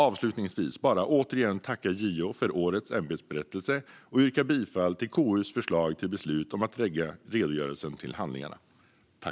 Avslutningsvis vill jag återigen tacka JO för årets ämbetsberättelse samt yrka bifall till KU:s förslag till beslut om att lägga redogörelsen till handlingarna.